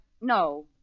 no